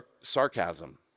sarcasm